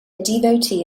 devotee